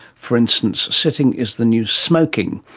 for instance, sitting is the new smoking.